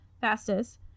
fastest